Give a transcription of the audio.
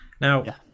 Now